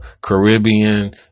Caribbean